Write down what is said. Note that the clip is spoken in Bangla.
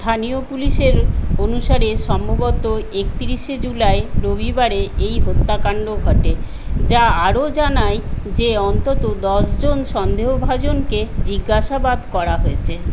স্থানীয় পুলিশের অনুসারে সম্ভবত একত্রিশে জুলাই রবিবারে এই হত্যাকাণ্ড ঘটে যা আরও জানায় যে অন্তত দশজন সন্দেহভাজনকে জিজ্ঞাসাবাদ করা হয়েছে